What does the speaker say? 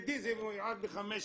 ידידי, זה מיועד לחמש שנים.